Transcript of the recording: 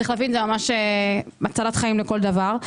יש להבין זה הצלת חיים לכל דבר.